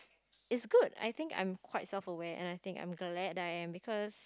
it's good I think I'm quite self aware and I think I'm glad that I am because